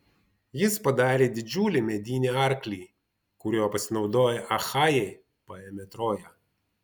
jis padarė didžiulį medinį arklį kuriuo pasinaudoję achajai paėmė troją